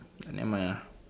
ah never mind ah